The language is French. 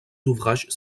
ouvrages